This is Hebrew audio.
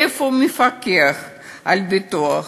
איפה המפקח על הביטוח?